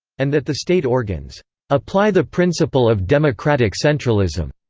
and that the state organs apply the principle of democratic centralism.